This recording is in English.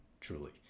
truly